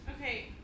Okay